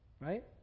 Right